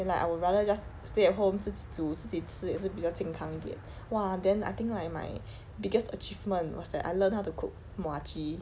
then like I would rather just stay at home 自己煮自己吃也是比较健康一点 !wah! then I think like my biggest achievement was that I learned how to cook muah chee